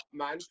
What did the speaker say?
man